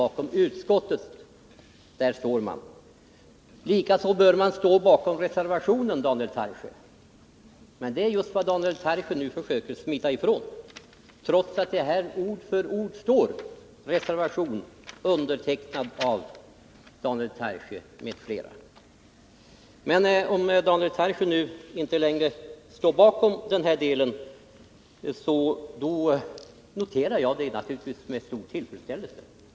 Likaså bör reservanterna stå bakom reservationen, Daniel Tarschys. Men det är just vad Daniel Tarschys nu försöker smita ifrån, trots att det står att reservationen är avgiven av Daniel Tarschys m.fl. Men om Daniel Tarschys nu inte längre står bakom denna del noterar jag naturligtvis detta med stor tillfredsställelse.